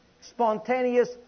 Spontaneous